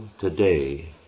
today